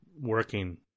working